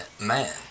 man